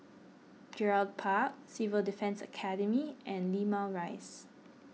Gerald Park Civil Defence Academy and Limau Rise